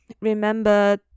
remember